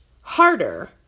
harder